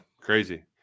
Crazy